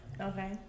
Okay